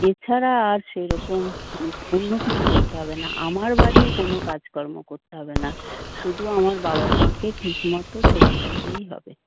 এ ছাড়া আর সেরকম অন্যকিছু করতে হবে না আমার বাড়ির কোনো কাজকর্ম করতে হবে না শুধু আমার বাবা মাকে ঠিক মতো সেবা করলেই হবে